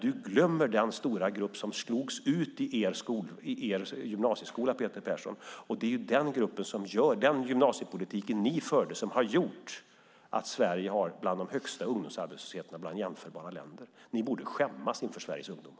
Du glömmer den stora grupp som slogs ut i er gymnasieskola, Peter Persson. Det är den gymnasiepolitik ni förde som har gjort att Sverige har den högsta ungdomsarbetslösheten bland jämförbara länder. Ni borde skämmas inför Sveriges ungdomar.